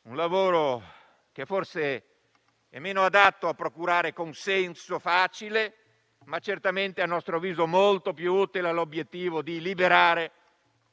sui *media*, forse meno adatto a procurare consenso facile, ma certamente - a nostro avviso - molto più utile all'obiettivo di liberare